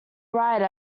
writer